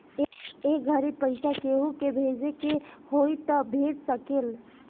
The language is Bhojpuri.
ए घड़ी पइसा केहु के भेजे के होई त भेज सकेल